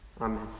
Amen